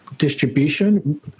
Distribution